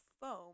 foam